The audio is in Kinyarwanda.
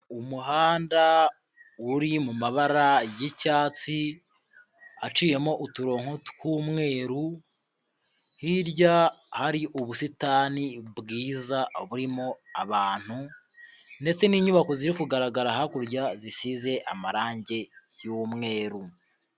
Umuhanda uri mu mabara y'icyatsi, aciyemo uturonko tw'umweru, hirya hari ubusitani bwiza burimo abantu ndetse n'inyubako ziri kugaragara hakurya zisize amarangi y'umweru.